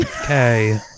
okay